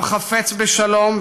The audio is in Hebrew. העם חפץ בשלום,